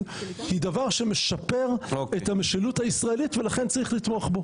היא דבר שמשפר את המשילות הישראלית ולכן צריך לתמוך בו.